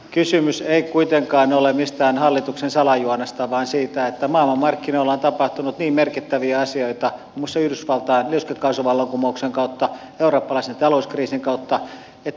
kysymys ei kuitenkaan ole mistään hallituksen salajuonesta vaan siitä että maailmanmarkkinoilla on tapahtunut merkittäviä asioita muun muassa yhdysvaltain liuskekaasuvallankumouksen kautta eurooppalaisen talouskriisin kautta